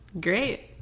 great